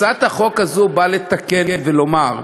הצעת החוק הזאת נועדה לתקן ולומר: